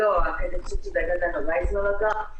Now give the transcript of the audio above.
לשם כך המשטרה התבקשה למצוא כלי פיקוח כדי לאפשר אכיפה של המצב